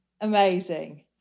amazing